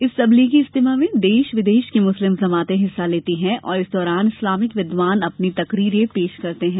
इस तब्लीगी इज्तिमा में देश विदेश की मुस्लिम जमातें हिस्सा लेती हैं और इस दौरान इस्लामिक विद्वान अपनी तकरीरें पेश करते हैं